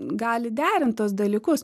gali derint tuos dalykus